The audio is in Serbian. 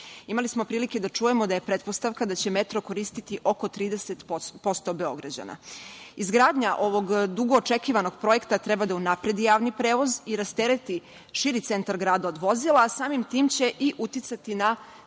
smo prilike da čujemo da je pretpostavka da će metro koristiti oko 30% Beograđana. Izgradnja ovog dugo očekivanog projekta treba da unapredi javni prevoz i rastereti širi centar grada od vozila, a samim tim će i uticati na